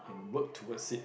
work towards it